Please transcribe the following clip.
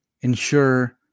ensure